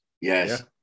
Yes